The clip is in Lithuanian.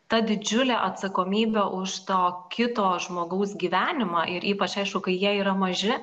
ta didžiulė atsakomybė už to kito žmogaus gyvenimą ir ypač aišku kai jie yra maži